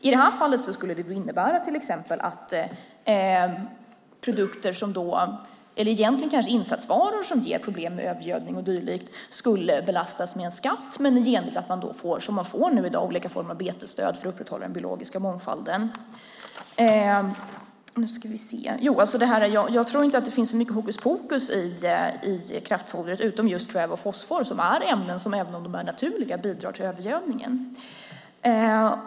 I det här fallet skulle det innebära att insatsvaror som ger problem med övergödning och dylikt skulle belastas med en skatt men att man i gengäld får, som man får i dag, olika former av betesstöd för att upprätthålla den biologiska mångfalden. Jag tror inte att det finns så mycket hokuspokus i kraftfodret förutom just kväve och fosfor som är ämnen som, även om de är naturliga, bidrar till övergödningen.